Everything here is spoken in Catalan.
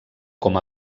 com